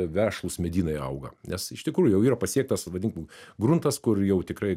vešlūs medynai auga nes iš tikrųjų jau yra pasiektas vadinkim gruntas kur jau tikrai